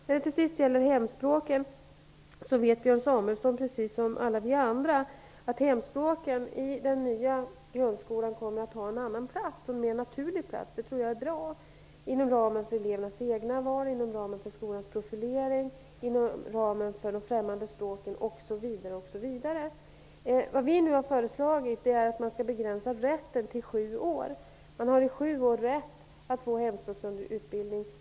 När det gäller hemspråken vet Björn Samuelson, precis som alla vi andra, att hemspråken kommer att ha en annan mer naturlig plats i den nya grundskolan inom ramen för elevernas egna val, inom ramen för skolans profilering, inom ramen för de främmande språken osv. Det tror jag är bra. Nu har vi föreslagit att man skall begränsa rätten till sju år. I sju år har man rätt att få hemspråksutbildning.